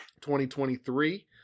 2023